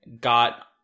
got